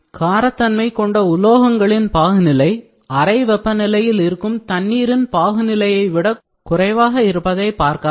காரத்தன்மை கொண்ட உலோகங்களின் பாகுநிலை அறை வெப்பநிலையில் இருக்கும் தண்ணீரின் பாகு நிலையைவிட குறைவாக இருப்பதை பார்க்கலாம்